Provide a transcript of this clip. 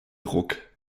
ruck